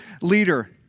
leader